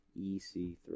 EC3